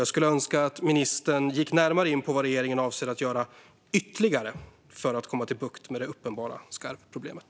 Jag skulle önska att ministern gick närmare in på vad regeringen avser att göra ytterligare för att få bukt med det uppenbara skarvproblemet.